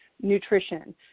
nutrition